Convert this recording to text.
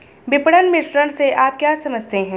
विपणन मिश्रण से आप क्या समझते हैं?